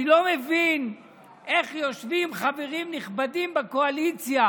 אני לא מבין איך יושבים חברים נכבדים בקואליציה